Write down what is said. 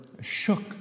shook